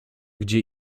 gdzie